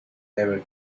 never